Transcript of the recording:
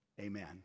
Amen